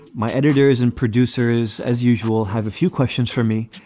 my editors and producers, as usual, have a few questions for me.